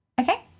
Okay